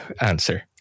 answer